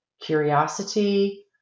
curiosity